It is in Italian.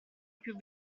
più